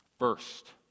first